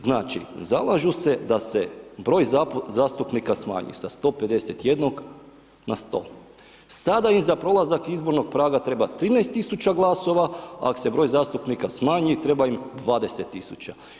Znači, zalažu se da se broj zastupnika smanji sa 151 na 100, sada je za prolazak izbornog praga treba 13000 glasova, a ako se broj zastupnika smanji, treba ih 20000.